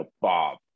Bob